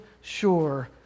sure